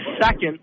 second